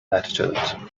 latitude